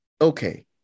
Okay